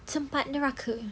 tempat neraka